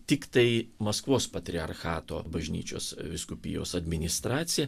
tiktai maskvos patriarchato bažnyčios vyskupijos administracija